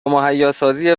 مهیاسازی